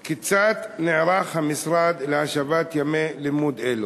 2. כיצד נערך המשרד להשבת ימי לימוד אלה?